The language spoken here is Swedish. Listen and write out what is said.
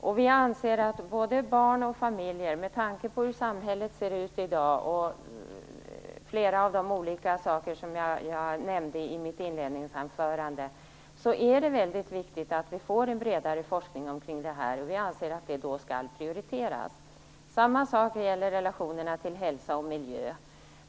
Med tanke på hur samhället ser ut i dag för både barn och familjer och med tanke på flera av de saker som jag nämnde i mitt inledningsanförande är det mycket viktigt att vi får en bredare forskning omkring detta, och vi anser att det skall prioriteras. Samma sak gäller relationerna till hälsa och miljö.